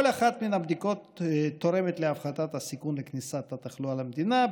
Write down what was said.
כל אחת מן הבדיקות תורמת להפחתת הסיכון לכניסת המחלה למדינה,